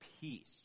peace